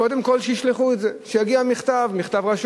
קודם כול שישלחו את זה, שיגיע מכתב רשום.